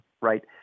right